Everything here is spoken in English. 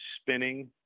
spinning